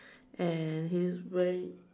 and he is wearing